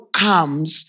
comes